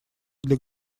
для